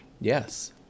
Yes